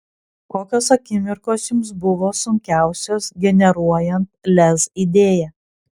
kokios akimirkos jums buvo sunkiausios generuojant lez idėją